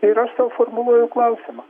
ir aš sau formuluoju klausimą